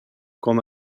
com